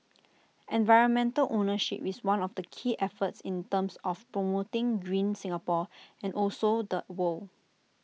environmental ownership is one of the key efforts in terms of promoting green Singapore and also the world